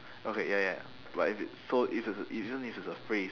okay ya ya but if it's so if it's a even if it's a phrase